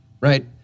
Right